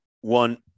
one